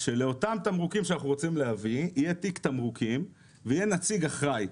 שלאותם תמרוקים שאנחנו רוצים להביא יהיה תיק תמרוקים ויהיה נציג אחראי,